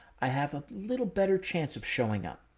i have a little better chance of showing up.